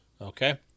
Okay